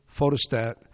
photostat